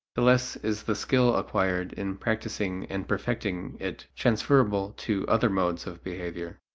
the less is the skill acquired in practicing and perfecting it transferable to other modes of behavior.